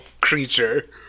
creature